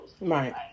Right